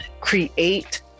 create